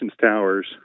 towers